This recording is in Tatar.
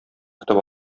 көтеп